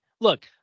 look